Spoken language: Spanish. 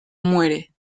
muere